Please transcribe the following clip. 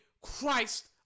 Christ